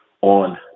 on